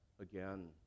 again